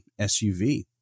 SUV